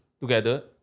together